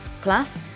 Plus